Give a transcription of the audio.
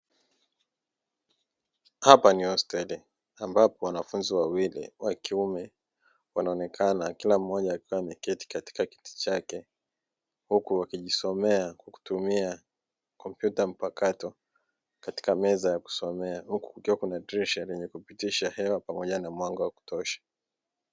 Hapa ni histeli ambapo wanafunzi wawili wa kiume wanaonekana kila mmoja akiwa ameketi katika kiti chake, huku wakijisomea kwa kutumia kompyuta mpakato katika meza ya kusomea huku kukiwa na dirisha lenye kupitisha hewa pamoja na mwanga wa kutosha.